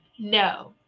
no